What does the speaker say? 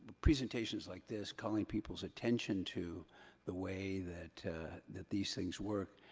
presentations like this, calling people's attention to the way that that these things work,